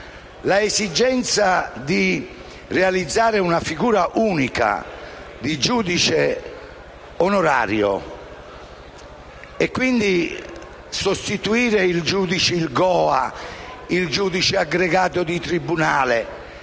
L'esigenza di realizzare una figura unica di giudice onorario e, quindi, di sostituire il GOA, il giudice aggregato di tribunale,